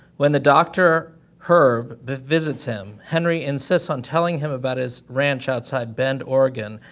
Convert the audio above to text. when the doctor, herb, visits him, henry insists on telling him about his ranch outside bend, oregon,